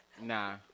Nah